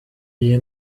iyi